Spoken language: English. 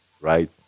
right